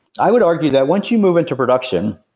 i would argue that once you move into production,